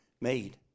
made